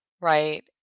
Right